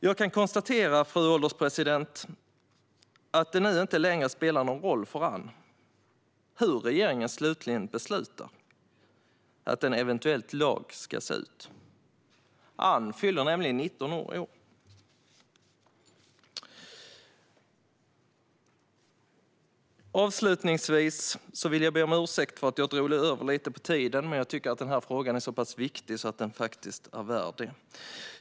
Jag kan konstatera att det nu inte längre spelar någon roll för Ann hur regeringen slutligen beslutar att en eventuell lag ska se ut. Ann fyller nämligen 19 år i år. Avslutningsvis vill jag be om ursäkt för att jag dragit över lite på tiden, men jag tycker att den här frågan är så viktig att den faktiskt är värd det.